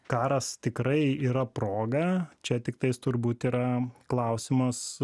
karas tikrai yra proga čia tiktais turbūt yra klausimas